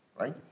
right